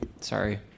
Sorry